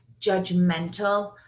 judgmental